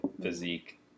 physique